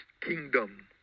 kingdom